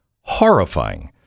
Horrifying